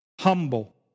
humble